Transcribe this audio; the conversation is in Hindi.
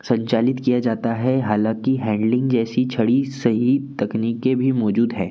संचालित किया जाता है हालांकि हैंगलिंग जैसी छड़ी सही तकनीकें भी मौजूद है